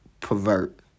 pervert